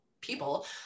people